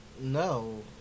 No